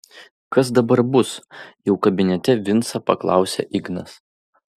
kas dabar bus jau kabinete vincą paklausė ignas